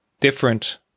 different